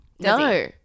No